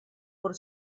por